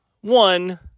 one